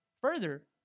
further